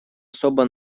особо